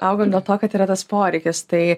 augam dėl to kad yra tas poreikis tai